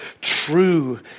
true